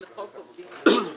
לחוק עובדים זרים."